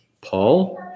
Paul